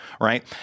right